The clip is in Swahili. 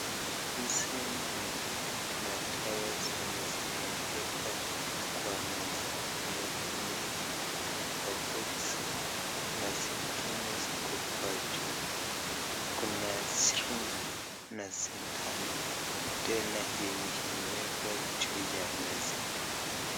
Hizi ni madawa zenye zimewekwa kwa meza, kuna yenye iko kwa boksi na zingine ziko kwa chupa, kuna sirinji na sindano tena yenye imewekwa juu ya meza.